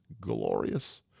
glorious